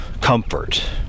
Comfort